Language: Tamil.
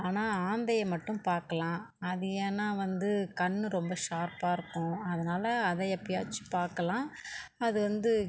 ஆனால் ஆந்தையை மட்டும் பார்க்கலாம் அது ஏன்னால் வந்து கண்ணு ரொம்ப ஷார்ப்பாக இருக்கும் அதனால் அதை எப்போயாச்சும் பார்க்கலாம் அது வந்து